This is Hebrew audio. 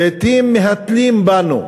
לעתים מהתלים בנו,